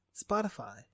Spotify